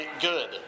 good